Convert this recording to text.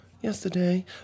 yesterday